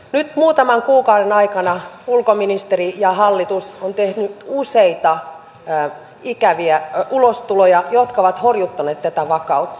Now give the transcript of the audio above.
nyt muutaman kuukauden aikana ulkoministeri ja hallitus ovat tehneet useita ikäviä ulostuloja jotka ovat horjuttaneet tätä vakautta